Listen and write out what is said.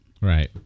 Right